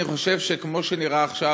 אני חושב שכמו שנראה עכשיו,